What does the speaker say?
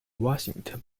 washington